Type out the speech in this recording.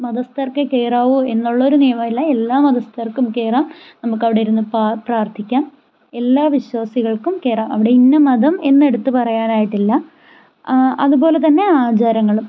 മതസ്ഥർക്കേ കയറാവൂ എന്നുള്ള ഒരു നിയമം ഇല്ല എല്ലാ മതസ്ഥർക്കും കയറാം നമുക്ക് അവിടെ ഇരുന്ന് പ്രാ പ്രാർത്ഥിക്കാം എല്ലാ വിശ്വാസികൾക്കും കയറാം അവിടെ ഇന്ന മതം എന്ന് എടുത്ത് പറയാനായിട്ട് ഇല്ല അതുപോലെ തന്നെ ആചാരങ്ങളും